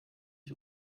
ich